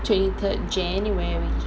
twenty third january